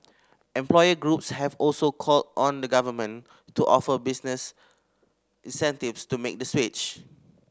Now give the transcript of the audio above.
employer groups have also called on the Government to offer business incentives to make the switch